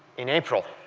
in april?